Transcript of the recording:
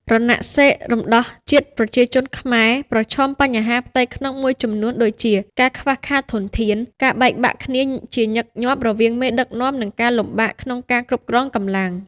រណសិរ្សរំដោះជាតិប្រជាជនខ្មែរ ប្រឈមបញ្ហាផ្ទៃក្នុងមួយចំនួនដូចជាការខ្វះខាតធនធាន ការបែកបាក់គ្នាជាញឹកញាប់រវាងមេដឹកនាំ និងការលំបាកក្នុងការគ្រប់គ្រងកម្លាំង។